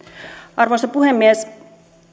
arvoisa puhemies